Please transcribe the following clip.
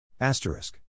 asterisk